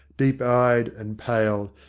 deep-eyed and pale,